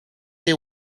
they